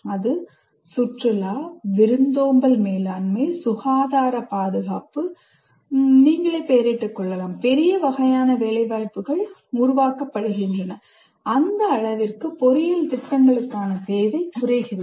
அது சுற்றுலா விருந்தோம்பல் மேலாண்மை சுகாதாரப் பாதுகாப்பு நீங்கள் பெயரிடுங்கள் பெரிய வகையான வேலை வாய்ப்புக்கள் உருவாக்கப்படுகின்றன அந்த அளவிற்கு பொறியியல் திட்டங்களுக்கான தேவை குறைகிறது